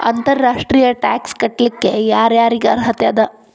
ಅಂತರ್ ರಾಷ್ಟ್ರೇಯ ಟ್ಯಾಕ್ಸ್ ಕಟ್ಲಿಕ್ಕೆ ಯರ್ ಯಾರಿಗ್ ಅರ್ಹತೆ ಅದ?